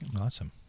Awesome